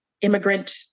immigrant